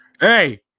Hey